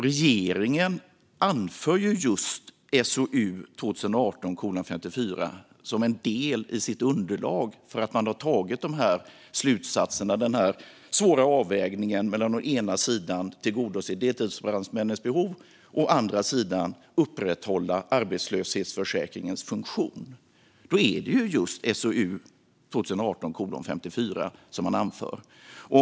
Regeringen anför just SOU 2018:54 som en del i sitt underlag för att komma fram till sina slutsatser och göra den svåra avvägningen mellan att å ena sidan tillgodose deltidsbrandmännens behov och att å andra sidan upprätthålla arbetslöshetsförsäkringens funktion. Då är det just SOU 2018:54 som man anför.